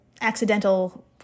accidental